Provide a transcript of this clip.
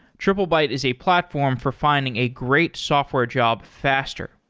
triplebyte is a platform for finding a great software job faster.